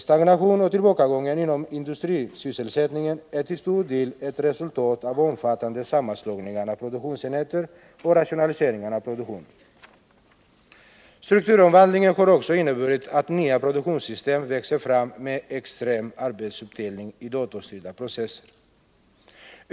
Stagnationen och tillbakagången inom industrisysselsättningen är till stor del ett resultat av omfattande sammanslagningar av produktionsenheter och rationaliseringar av produktionen. Strukturomvandlingen har också inneburit att nya produktionssystem växer fram med extra arbetsuppdelning i datorstyrda processer.